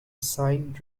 signed